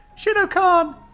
Shinokan